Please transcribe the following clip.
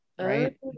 right